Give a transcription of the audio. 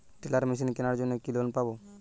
Teller machine কেনার জন্য কি লোন পাব?